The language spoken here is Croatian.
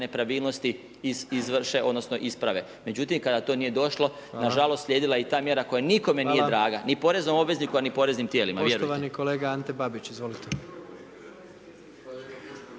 nepravilnosti izvrše odnosno isprave. Međutim, kada to nije došlo, nažalost slijedila je i ta mjera koja nikome nije draga, ni poreznom obvezniku a ni poreznim tijelima,